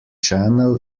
channel